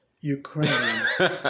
Ukraine